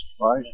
right